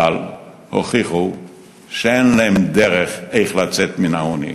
אבל הוכיחו שאין להם דרך לצאת מן העוני,